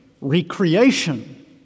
recreation